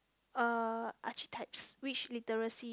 uh archetypes which literacy